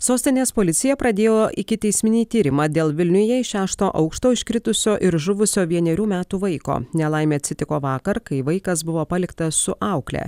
sostinės policija pradėjo ikiteisminį tyrimą dėl vilniuje iš šešto aukšto iškritusio ir žuvusio vienerių metų vaiko nelaimė atsitiko vakar kai vaikas buvo paliktas su aukle